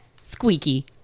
Squeaky